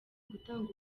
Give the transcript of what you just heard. gutanga